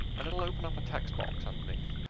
and it will open up a text box underneath,